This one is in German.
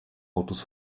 autos